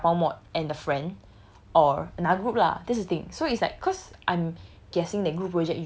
the dabao mod and the friend or another group lah this the thing so it's like cause I'm